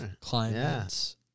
clients